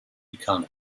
economy